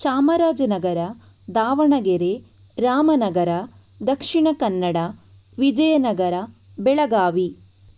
Chamarajanagar Davanagere Ramanagara Dakshina Kannada Vijayanagara Belagavi